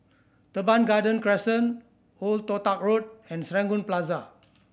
Teban Garden Crescent Old Toh Tuck Road and Serangoon Plaza